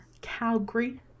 calgary